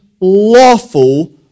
lawful